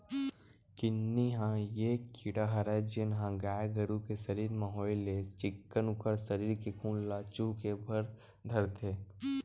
किन्नी ह ये कीरा हरय जेनहा गाय गरु के सरीर म होय ले चिक्कन उखर सरीर के खून ल चुहके बर धरथे